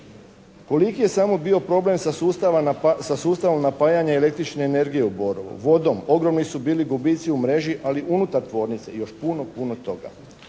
Koliki je samo bio problem sa sustavom napajanja električne energije u "Borovu", vodom? Ogromni su bili gubici u mreži ali unutar tvornice i još puno, puno toga.